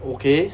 okay